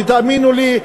ותאמינו לי,